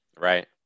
Right